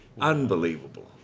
unbelievable